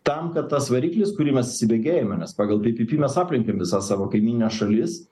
tam kad tas variklis kurį mes įsibėgėjome nes pagal pipipi mes aplenkėm visas savo kaimynines šalis